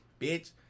bitch